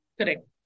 Correct